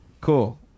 Cool